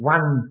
One